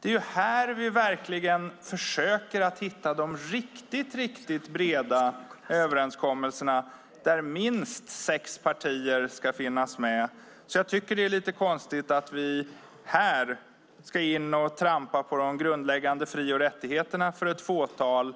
Det är på detta område som vi verkligen försöker hitta de riktigt breda överenskommelserna där minst sex partier ska finnas med. Jag tycker att det är lite konstigt att vi här ska in och trampa på de grundläggande fri och rättigheterna för ett fåtal